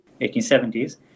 1870s